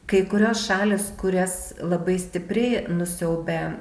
kai kurios šalys kurias labai stipriai nusiaubė